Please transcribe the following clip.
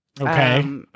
Okay